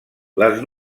les